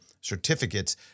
certificates